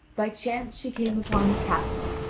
by chance she came upon the castle,